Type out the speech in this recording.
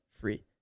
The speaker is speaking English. free